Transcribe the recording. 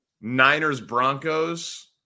Niners-Broncos